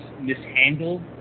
mishandled